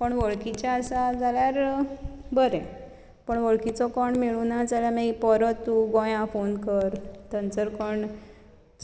कोण वळखीचे आसा जाल्यार बरें पूण वळखीचो कोण मेळूना जाल्यार मागीर परत तूं गोंयां फोन कर थंयसर कोण